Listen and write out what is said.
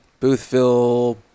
Boothville